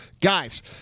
Guys